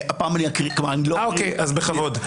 צבי כהנא, בכבוד.